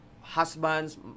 husbands